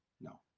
No